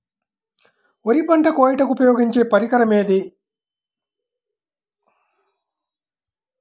వరి పంట కోయుటకు ఉపయోగించే పరికరం ఏది?